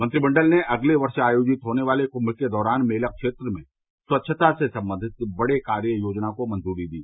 मंत्रिमंडल ने अगले वर्ष आयोजित होने वाले कुम के दौरान मेला क्षेत्र में स्वच्छता से संबंधित बड़ी कार्य योजना को मंजूरी दी